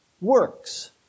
works